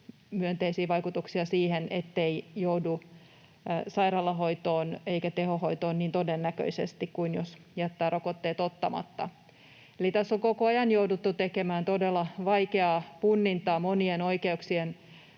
myönteisiä vaikutuksia siihen, ettei joudu sairaalahoitoon eikä tehohoitoon niin todennäköisesti kuin silloin, jos jättää rokotteet ottamatta. Tässä on koko ajan jouduttu tekemään todella vaikeaa punnintaa monien oikeuksien